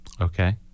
Okay